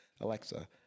Alexa